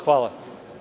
Hvala.